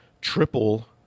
triple